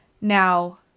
Now